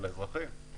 על האזרחים,